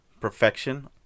perfection